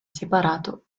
separato